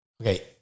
Okay